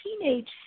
teenage